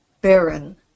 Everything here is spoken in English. Baron